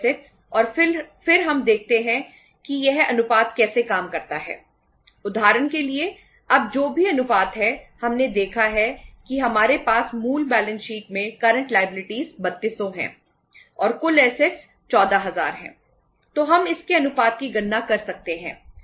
तो हम इसके अनुपात की गणना कर सकते हैं